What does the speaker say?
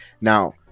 Now